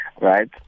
right